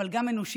אבל גם אנושית.